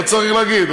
לא צריך להגיד.